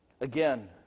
Again